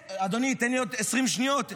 אדוני, תן לי עוד 20 שניות.